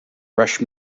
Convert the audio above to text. rush